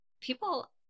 people